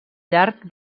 llarg